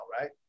right